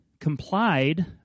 Complied